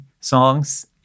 songs